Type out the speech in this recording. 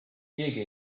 keegi